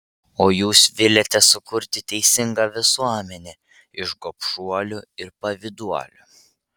o jūs viliatės sukurti teisingą visuomenę iš gobšuolių ir pavyduolių